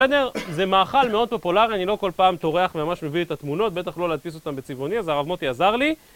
בסדר, זה מאכל מאוד פופולרי, אני לא כל פעם טורח וממש מביא את התמונות, בטח לא להדפיס אותם בצבעוני, אז הרב מוטי עזר לי